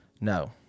No